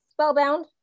spellbound